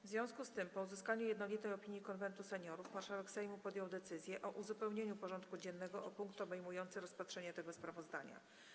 W związku z tym, po uzyskaniu jednolitej opinii Konwentu Seniorów, marszałek Sejmu podjął decyzję o uzupełnieniu porządku dziennego o punkt obejmujący rozpatrzenie tego sprawozdania.